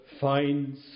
finds